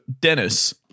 Dennis